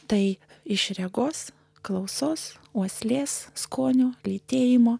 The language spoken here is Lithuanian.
tai iš regos klausos uoslės skonio lytėjimo